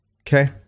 okay